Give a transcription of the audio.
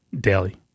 Daily